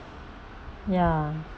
ya